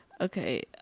okay